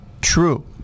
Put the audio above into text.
true